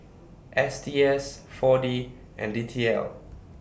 S T S four D and D T L